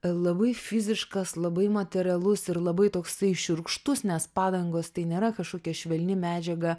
labai fiziškas labai materialus ir labai toksai šiurkštus nes padangos tai nėra kažkokia švelni medžiaga